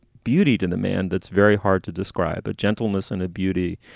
beauty to the man. that's very hard to describe, but gentleness and a beauty.